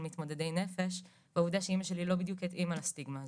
מתמודדי נפש והעובדה שאמא שלי לא בדיוק התאימה לסטיגמה הזאת.